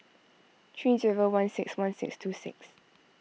three zero one six one six two six